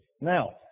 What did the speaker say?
Now